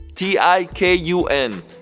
T-I-K-U-N